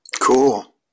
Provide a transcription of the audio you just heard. cool